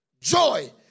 Joy